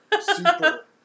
Super